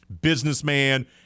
Businessman